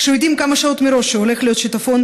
כשיודעים כמה שעות מראש שהולך להיות שיטפון,